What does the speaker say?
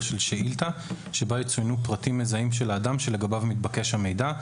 של שאילתה שבה יצוינו פרטים מזהים של האדם שלגביו מתבקש המידע,